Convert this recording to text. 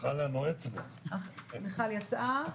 מיכל יצאה.